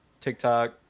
tiktok